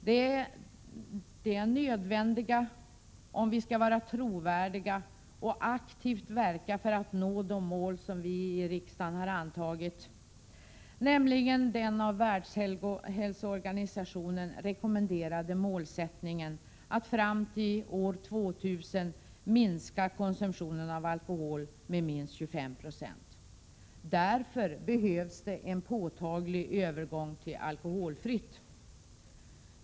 Dessa är nödvändiga om vi skall vara trovärdiga och aktivt verka för att nå det mål som vi i riksdagen antagit, nämligen den av Världshälsoorganisationen rekommenderade målsättningen att fram till år 2000 minska konsumtionen av alkohol med minst 25 96. Därför behövs det en påtaglig övergång till alkoholfritt.